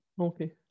Okay